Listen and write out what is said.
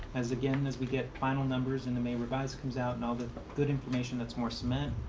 as again, as we get final numbers and the may revise comes out and all the good information that's more cement,